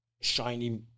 shiny